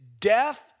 Death